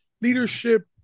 leadership